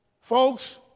Folks